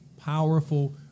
powerful